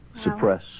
Suppress